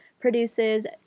produces